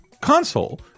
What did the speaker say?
console